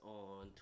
on